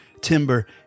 Timber